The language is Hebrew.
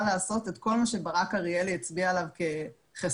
לעשות את כל מה שברק אריאלי הצביע עליו כחסרונות.